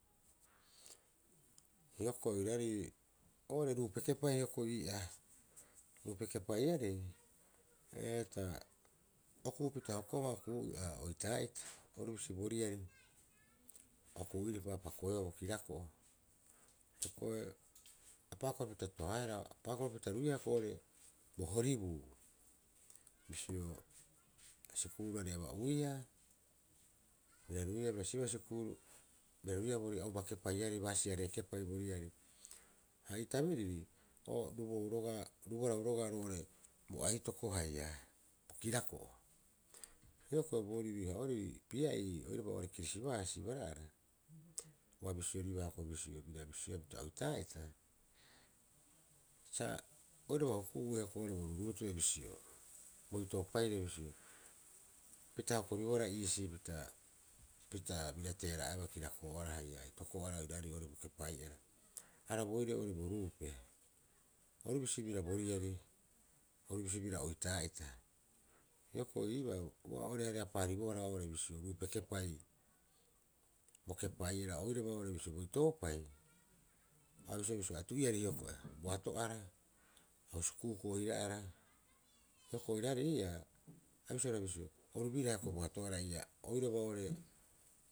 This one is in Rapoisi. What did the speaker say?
Hioko'i oiraarei oo'ore ruupe kepai hioko'i ii'aa ruupe kepaiarei ee, ta okupita hoko baa oitaa'ita orubisi bo riari okuu'iripa a pakoeba bo kirako'o hioko'i apaakora pita tohaehara bo horibuu bisio sikuruarei aba'uia bira ruiia bira si'ibaa sikuuru bira ruiia boori auba kepaiarei baasiaree kepai bo riari ha ii tabiriri o rubarau roga'a roo'ore bo aitoko haia bo kirako'o. Hioko'i boori ruihara'oeri pia'ii oiraba kirisibaasi bara'ara a bisio ribaa hioko'i bira bisioea pita oitaa'ita, sa oiraba huku'ue hioko'i bo ruuruuto'e bisio boitoopaire bisio, pita hoko- riibohara iisii pita bira teera'aebaa kirakoo'aro haia aitoko'ara oiraarei oo'ore bo kepai'ara arabooire oo'ore bo ruupe orubis bira boriari, orubisi biraa oitoa'ita. Hioko'i iibaa, ua o reareapaa- ribohara oo'ore bisio ruupe kepai, bo kepai'ara. Oiraba oo'ore bisio boitoopai abisioea bisio atu'iari hioko'i bo ato'ara haus kuuku oira'ara hioko'i oiraarei iraa a bisioea bisio oru bira boato'ara iraa oiraba oo'ore